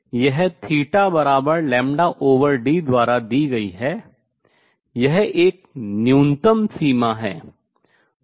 यह θλd द्वारा दी गई है यह एक न्यूनतम सीमा है